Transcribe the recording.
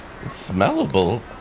smellable